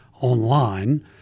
online